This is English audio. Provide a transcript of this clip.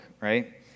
right